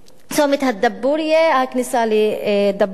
הכניסה לדבורייה,